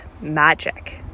magic